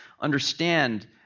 understand